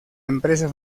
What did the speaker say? empresa